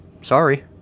sorry